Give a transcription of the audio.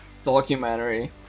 documentary